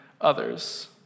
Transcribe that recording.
others